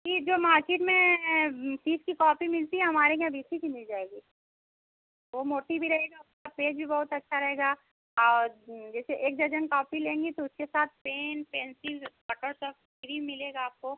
जी जो मार्केट में तीस की कॉपी मिलती है हमारे यहाँ बीस ही की मिल जाएगी वह मोटी भी रहेगी आपका पेज भी बहुत अच्छा रहेगा और जैसे एक दर्ज़न कॉपी लेंगी तो उसके साथ पेन पेन्सिल कटर सब फ्री मिलेगा आपको